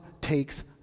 takes